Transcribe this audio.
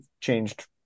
changed